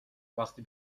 وقتی